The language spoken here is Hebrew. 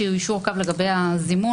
אני מבקש להעיר לגבי הנתונים,